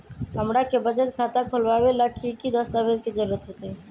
हमरा के बचत खाता खोलबाबे ला की की दस्तावेज के जरूरत होतई?